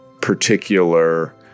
particular